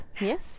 yes